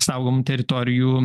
saugomų teritorijų